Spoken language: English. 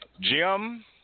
Jim